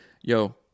yo